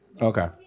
Okay